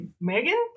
Megan